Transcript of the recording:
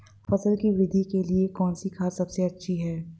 फसल की वृद्धि के लिए कौनसी खाद सबसे अच्छी है?